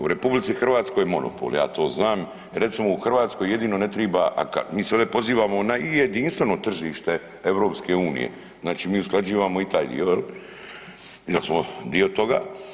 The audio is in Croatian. U RH je monopol ja to znam, recimo u Hrvatskoj jedino ne triba, mi se ovdje pozivamo i jedinstveno tržište EU, znači mi usklađivamo i taj dio jer smo dio toga.